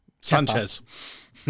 Sanchez